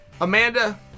Amanda